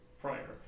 prior